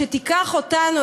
שתיקח אותנו,